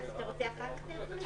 התייעצות סיעתית חמש דקות.